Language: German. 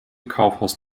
kaufhaus